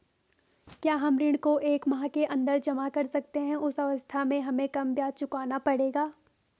क्या हम ऋण को एक माह के अन्दर जमा कर सकते हैं उस अवस्था में हमें कम ब्याज चुकाना पड़ेगा?